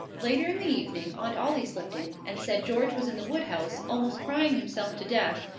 later in the evening aunt ollie slipped in, and said george was in the woodhouse, almost crying himself to death,